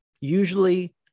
usually